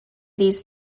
these